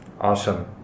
Awesome